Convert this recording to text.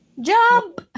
Jump